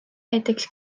näiteks